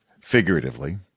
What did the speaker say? figuratively